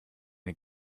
den